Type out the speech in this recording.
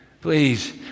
please